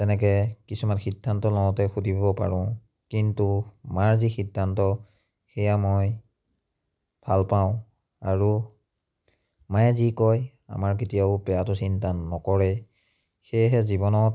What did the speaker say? তেনেকৈ কিছুমান সিদ্ধান্ত লওঁতে সুধিব পাৰোঁ কিন্তু মাৰ যি সিদ্ধান্ত সেয়া মই ভাল পাওঁ আৰু মায়ে যি কয় আমাৰ কেতিয়াও বেয়াটো চিন্তা নকৰে সেয়েহে জীৱনত